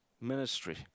ministry